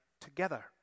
together